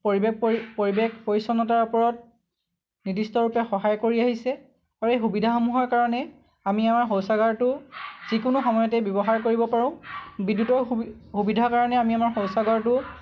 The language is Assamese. পৰিৱেশ পৰিৱেশ পৰিচ্ছন্নতাৰ ওপৰত নিৰ্দিষ্ট ৰূপে সহায় কৰি আহিছে আৰু এই সুবিধাসমূহৰ কাৰণে আমি আমাৰ শৌচাগাৰটো যিকোনো সময়তে ব্যৱহাৰ কৰিব পাৰোঁ বিদ্যুতৰ সুবিধাৰ কাৰণে আমি আমাৰ শৌচাগাৰটো